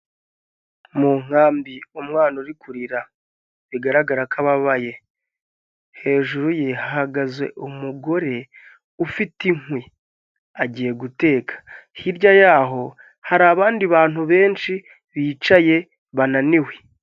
Mu nkambi umwana uri kurira bigaragara ko ababaye, hejuru ye hahagaze umugore ufite inkwi agiye guteka, hirya y'aho hari abandi bantu benshi bicaye bananiwe.